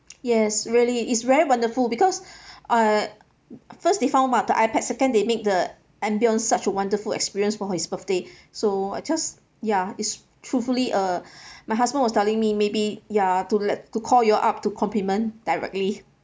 yes really it's very wonderful because uh first they found my the ipad second they make the ambience such a wonderful experience for his birthday so I just ya it's truthfully uh my husband was telling me maybe ya to let to call you all up to compliment directly